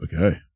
Okay